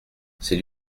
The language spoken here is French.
c’est